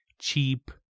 cheap